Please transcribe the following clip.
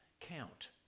count